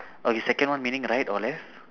okay second one meaning right or left